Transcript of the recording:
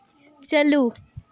ᱪᱟᱹᱞᱩ